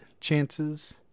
chances